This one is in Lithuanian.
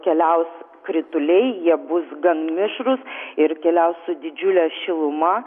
keliaus krituliai jie bus gan mišrūs ir keliaus su didžiule šiluma